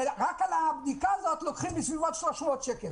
רק על הבדיקה הזאת אצל המתקין לוקחים בסביבות 300 שקל.